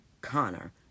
Connor